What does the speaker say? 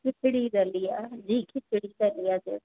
खिचड़ी दलिया जी खिचड़ी दलिया